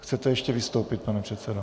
Chcete ještě vystoupit, pane předsedo?